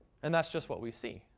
and that's just what we see.